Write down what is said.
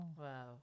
Wow